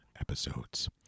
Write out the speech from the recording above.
episodes